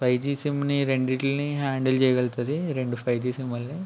five G సిమ్ని రెండింటినీ handle చేయగలుగుతుంది రెండు ఫైవ్ జి సిమ్ల్ని